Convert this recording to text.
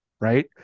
right